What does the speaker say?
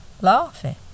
laughing